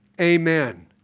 Amen